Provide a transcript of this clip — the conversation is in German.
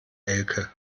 elke